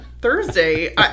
Thursday